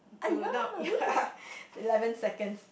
to not eleven seconds